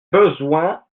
besoin